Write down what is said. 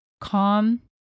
calm